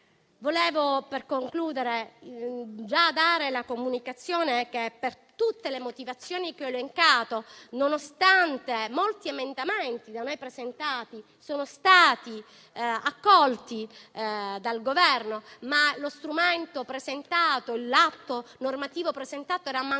Per concludere, vorrei già dare la comunicazione che, per tutte le motivazioni che ho elencato, nonostante molti emendamenti da noi presentati siano stati accolti dal Governo, lo strumento, l'atto normativo presentato era privo